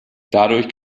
dadurch